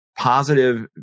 positive